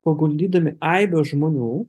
paguldydami aibę žmonių